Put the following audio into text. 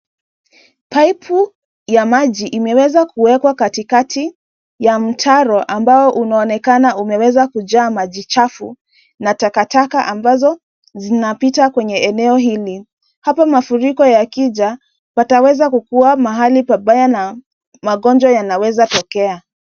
Paipu ya maji imeweza kuwekwa katikati ya mtaro ambopo unaonekana umeweza kujaa maji chafu na takataka ambazo zinapita kwenye eneo hili. Hapa mafuriko yakija pataweza kukuwa mahali pabaya na magonjwa yanaweza tokea.